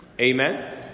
Amen